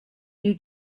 new